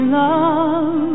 love